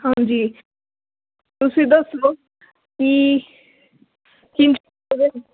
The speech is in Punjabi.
ਹਾਂਜੀ ਤੁਸੀਂ ਦੱਸ ਦਿਓ ਕਿ ਕੀ ਉਹਦੇ